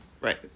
right